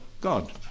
God